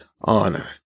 honor